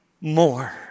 more